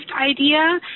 idea